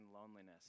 loneliness